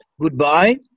goodbye